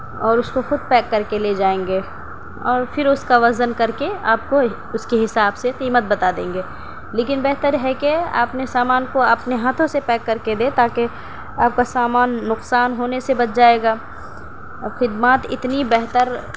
اور اس کو خود پیک کر کے لے جائیں گے اور پھر اس کا وزن کر کے آپ کو اس کے حساب سے قیمت بتا دیں گے لیکن بہتر ہے کہ آپنے سامان کو اپنے ہاتھوں سے پیک کر کے دیں تا کہ آپ کا سامان نقصان ہونے سے بچ جائے گا اور خدمات اتنی بہتر